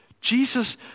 Jesus